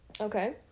Okay